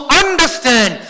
understand